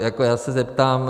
Jako já se zeptám.